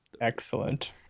Excellent